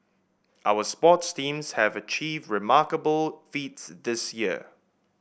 our sports teams have achieved remarkable feats this year